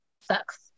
sucks